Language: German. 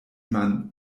man